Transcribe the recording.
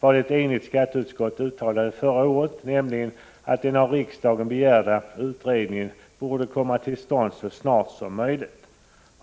vad ett enigt skatteutskott yttrade förra året, nämligen att den av riksdagen begärda utredningen borde komma till stånd så snart som möjligt.